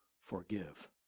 forgive